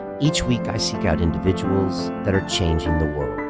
each week, i seek out individuals that are changing the world,